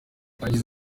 yagize